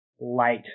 light